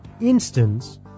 instance